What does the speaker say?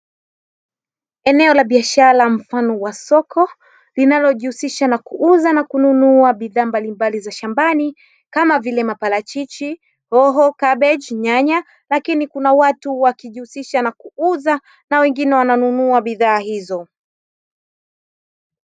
Eneo la biashara mfano wa soko linalojihusisha na kuuza na kununua bidhaa mbalimbali za shambani kama vile maparachichi, hoho, kabichi, nyanya lakini kuna watu wakijihusisha na kuuza na wengine wananunua bidhaa hizo.